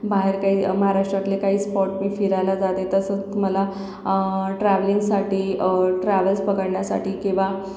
बाहेर काही महाराष्ट्रातले काही स्पॉट मी फिरायला जाते तसंच मला ट्रॅव्हलिंगसाठी ट्रॅव्हल्स पकडण्यासाठी किंवा